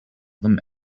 them